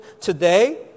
today